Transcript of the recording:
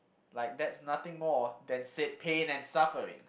like that's nothing more than said pain and suffering